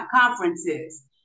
conferences